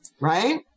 Right